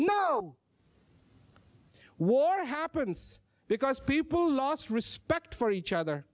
no war happens because people lost respect for each other